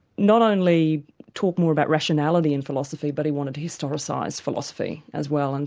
not only talk more about rationality in philosophy, but he wanted to historicise philosophy as well, and